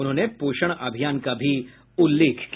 उन्होंने पोषण अभियान का भी उल्लेख किया